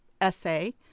essay